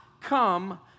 come